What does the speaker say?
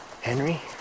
Henry